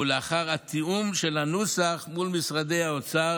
ולאחר התיאום של הנוסח מול משרד האוצר,